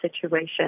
situation